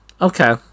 okay